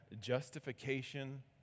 justification